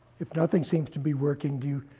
if nothing seems to be working, do